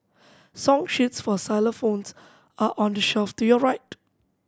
song sheets for xylophones are on the shelf to your right